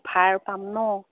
offer পাম ন